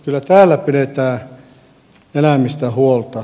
kyllä täällä pidetään eläimistä huolta